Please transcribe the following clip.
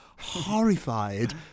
Horrified